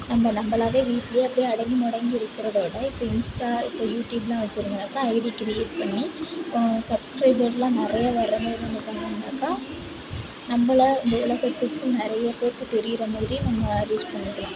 நம்ம நம்மளாவே வீட்லேயே போய் அடங்கி மொடங்கி இருக்கிறத விட இப்போ இன்ஸ்டா யூடியூப்லாம் வச்சிருந்தோனாக்கா ஐடி கிரியேட் பண்ணி சப்ஸ்கிரைபர்ஸ்லாம் நிறையா வர மாதிரி பண்ணோம்னாக்கா நம்மள இந்த உலகத்துக்கு நிறையா பேருக்கு தெரிகிற மாதிரி நம்ம ரீச் பண்ணிக்கலாம்